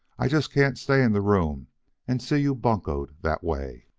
i just can't stay in the room and see you buncoed that way.